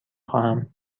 خواهم